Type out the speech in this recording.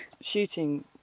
Shooting